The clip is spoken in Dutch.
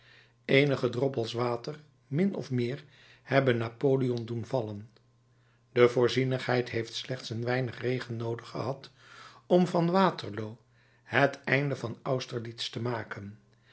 eenige droppels water min of meer hebben napoleon doen vallen de voorzienigheid heeft slechts een weinig regen noodig gehad om van waterloo het einde van austerlitz te maken